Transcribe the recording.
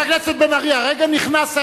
חבר הכנסת בן-ארי, הרגע נכנסת.